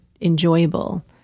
enjoyable